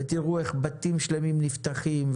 ותראו איך בתים שלמים נפתחים,